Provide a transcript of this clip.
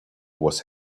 was